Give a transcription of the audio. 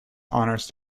honours